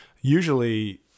Usually